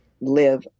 live